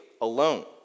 alone